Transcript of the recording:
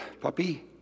puppy